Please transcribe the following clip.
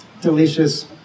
delicious